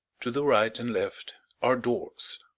to the right and left are doors.